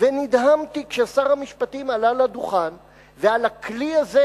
ונדהמתי כששר המשפטים עלה לדוכן ועל הכלי הזה,